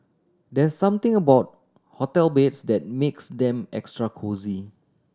there something about hotel beds that makes them extra cosy